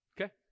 Okay